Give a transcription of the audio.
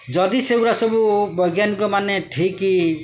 ଯଦି ସେଗୁଡ଼ା ସବୁ ବୈଜ୍ଞାନିକ ମାନେ ଠିକ୍